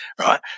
right